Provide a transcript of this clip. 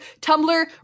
Tumblr